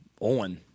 on